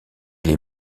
les